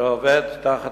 שעובד תחת